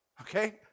okay